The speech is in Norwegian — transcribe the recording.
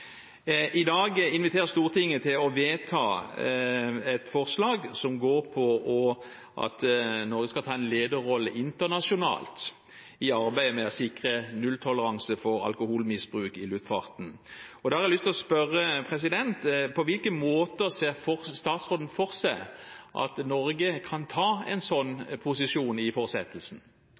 dag inviterer Stortinget til å vedta et forslag som går på at Norge skal ta en lederrolle internasjonalt i arbeidet med å sikre nulltoleranse for alkoholmisbruk i luftfarten. Da har jeg lyst til å spørre om følgende: På hvilke måter ser statsråden for seg at Norge kan ta en sånn posisjon i fortsettelsen?